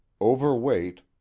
Overweight